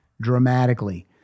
dramatically